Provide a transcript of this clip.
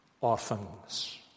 Orphans